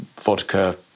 vodka